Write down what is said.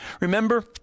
Remember